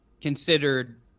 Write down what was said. considered